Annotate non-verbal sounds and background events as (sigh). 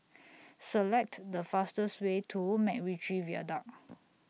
(noise) Select The fastest Way to Macritchie Viaduct